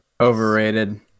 Overrated